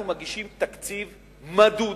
אנחנו מגישים תקציב מדוד,